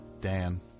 Dan